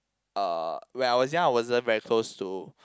uh when I was young I wasn't very close to